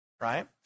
right